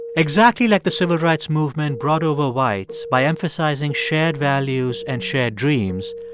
exactly like the civil rights movement brought over whites by emphasizing shared values and shared dreams,